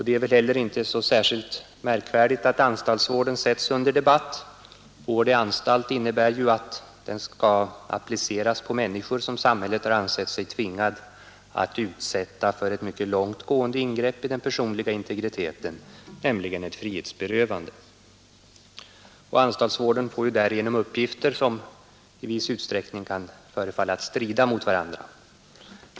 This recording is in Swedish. Det är väl inte heller särskilt märkligt att anstaltsvården sätts under debatt; vård i anstalt innebär ju att den skall appliceras på människor som samhället har ansett sig tvingat att utsätta för ett mycket långt gående ingrepp i den personliga integriteten, nämligen ett frihetsberövande. Anstaltsvården får därigenom uppgifter som i viss utsträckning kan förefalla strida mot varandra.